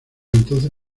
entonces